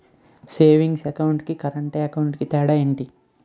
Savings account కి current account కి తేడా ఏమిటి?